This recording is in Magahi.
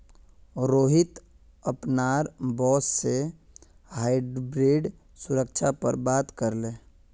रोहित अपनार बॉस से हाइब्रिड सुरक्षा पर बात करले